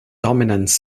dominance